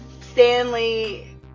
stanley